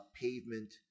pavement